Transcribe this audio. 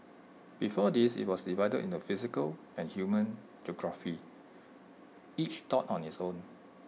before this IT was divided into physical and human geography each taught on its own